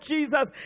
Jesus